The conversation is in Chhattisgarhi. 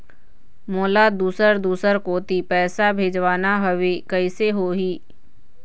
मोला दुसर दूसर कोती पैसा भेजवाना हवे, कइसे होही?